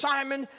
Simon